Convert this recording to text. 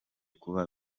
kuba